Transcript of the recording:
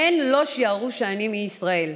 הן לא שיערו שאני מישראל.